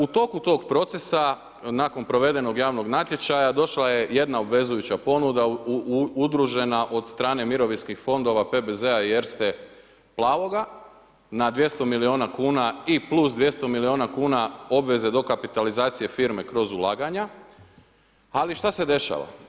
U toku tog procesa nakon provedenog javnog natječaja došla je jedna obvezujuća ponuda udružena od strane mirovinskih fondova, PBZ-a i Erste Plavoga na 200 milijuna kuna i plus 200 milijuna kuna obveze dokapitalizacije firme kroz ulaganja, ali šta se dešava?